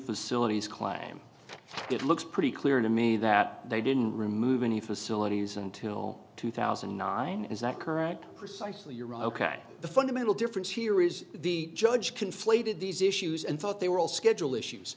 facilities clam it looks pretty clear to me that they didn't remove any facilities until two thousand and nine is that correct precisely you're ok the fundamental difference here is the judge conflated these issues and thought they were all schedule issues